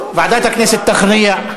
ועדת הכנסת תכריע.